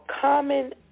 common